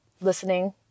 listening